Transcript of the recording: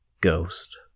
Ghost